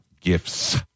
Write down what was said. Gifts